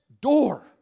door